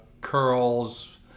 curls